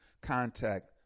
Contact